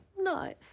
nice